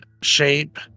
shape